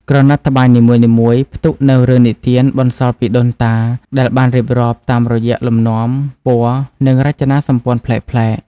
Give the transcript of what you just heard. ក្រណាត់ត្បាញនីមួយៗផ្ទុកនូវរឿងនិទានបន្សល់ពីដូនតា ដែលបានរៀបរាប់តាមរយៈលំនាំ ពណ៌ និងរចនាសម្ព័ន្ធប្លែកៗ។